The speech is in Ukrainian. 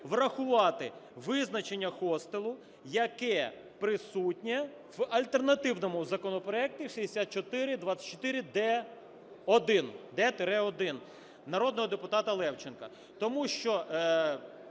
врахувати визначення хостелу, яке присутнє в альтернативному законопроекті 6424-1, д–1, народного депутата Левченка.